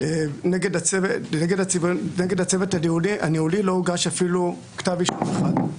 נגד הצוות הניהולי לא הוגש אפילו כתב אישום אחד.